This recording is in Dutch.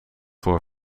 voor